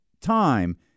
time